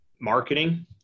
marketing